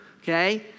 okay